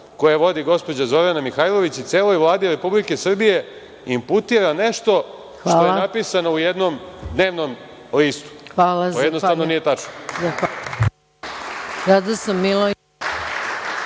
koje vodi gospođa Zorana Mihajlović i celoj Vladi Republike Srbije imputira nešto što je napisano u jednom dnevnom listu. To jednostavno nije tačno. **Maja